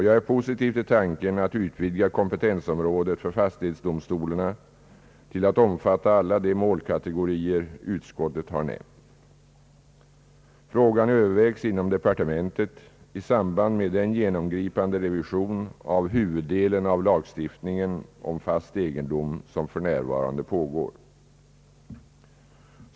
Jag är positiv till tanken att utvidga kompetensområdet för fastighetsdomstolarna till att omfatta alla de målkategorier utskottet har nämnt. Frågan övervägs inom departementet i samband med den genomgripande revision av huvuddelen av lagstiftningen om fast egendom som för närvarande pågår.